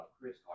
Chris